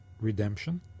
redemption